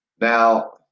Now